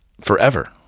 forever